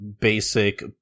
basic